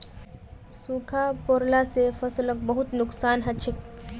सूखा पोरला से फसलक बहुत नुक्सान हछेक